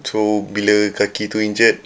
so bila kaki tu injured